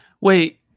wait